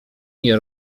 nie